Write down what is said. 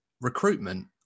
recruitment